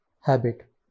habit